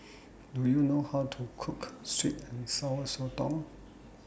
Do YOU know How to Cook Sweet and Sour Sotong